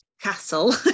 castle